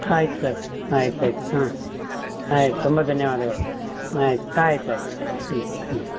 ಆಯ್ತು ಸರ್ ಆಯ್ತು ಆಯ್ತು ಹಾಂ ಆಯ್ತು ತುಂಬ ಧನ್ಯವಾದಗಳು ಆಯ್ತು ಆಯ್ತು ಆಯ್ತು ಹ್ಞೂ ಹ್ಞೂ ಹ್ಞೂ